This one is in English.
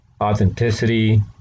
authenticity